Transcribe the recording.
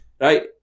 right